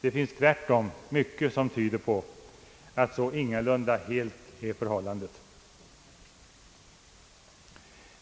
Det finns tvärtom mycket som tyder på att så ingalunda helt är fallet.